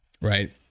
right